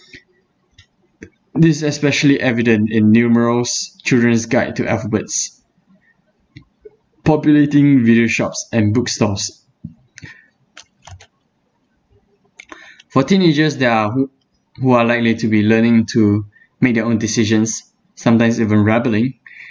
this is especially evident in numerals children's guide to alphabets populating video shops and bookstores for teenagers that are wh~ who are likely to be learning to make their own decisions sometimes even rapidly